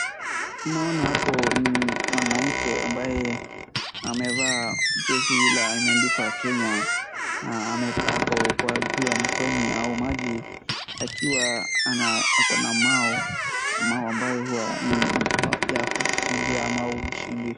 Naona hapo ni mwanamke ambaye amevaa jezi la imeandikwa Kenya na ako kwa juu ya mtoni au maji akiwa ako na mau na mau ambaye huwa ni ya kujishindia ama ushindi.